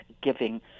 giving